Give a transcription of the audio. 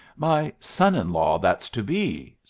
my son-in-law that's to be,